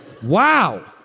Wow